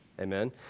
amen